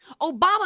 Obama